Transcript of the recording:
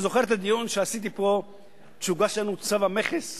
אתה זוכר את הדיון שעשיתי פה כשהוגש לנו צו המכס